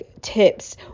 tips